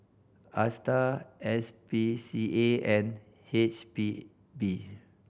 Astar S P C A and H P B